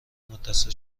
متصل